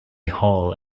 hall